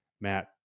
Matt